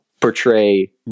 portray